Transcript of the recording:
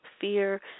fear